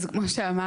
אז כמו שאמרתי,